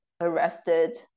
arrested